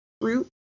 fruit